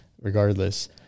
Regardless